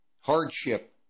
hardship